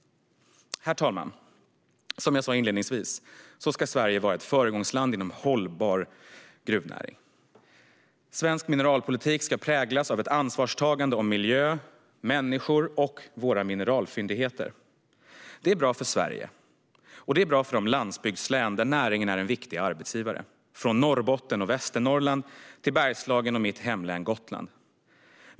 Herr talman! Som jag sa inledningsvis ska Sverige vara ett föregångsland inom den hållbara gruvnäringen. Svensk mineralpolitik ska präglas av ett ansvarstagande om miljö, människor och våra mineralfyndigheter. Det är bra för Sverige och det är bra för de landsbygdslän där näringen är en viktig arbetsgivare. Det gäller från Norrbotten och Västernorrland till Bergslagen och mitt hemlän Gotland.